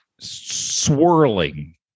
swirling